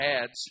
adds